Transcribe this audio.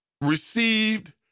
received